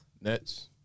Nets